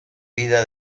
vida